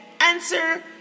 answer